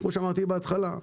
כפי שאמרתי בהתחלה,